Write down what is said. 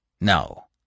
No